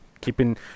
keeping